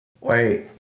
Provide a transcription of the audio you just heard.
wait